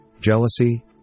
jealousy